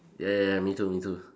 ya ya ya me too me too